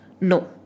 No